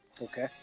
Okay